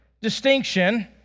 distinction